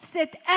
Cette